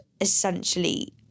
essentially